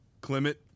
Clement